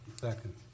Second